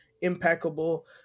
impeccable